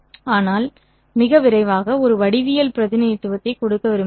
ஆனால் மிக விரைவாக ஒரு வடிவியல் பிரதிநிதித்துவத்தை கொடுக்க விரும்புகிறேன்